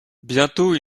bientôt